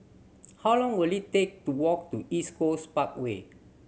how long will it take to walk to East Coast Parkway